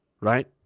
right